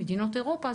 ומדינות אירופה,